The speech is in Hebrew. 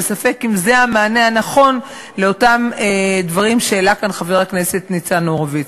וספק אם זה המענה הנכון לאותם דברים שהעלה כאן חבר הכנסת ניצן הורוביץ.